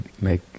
make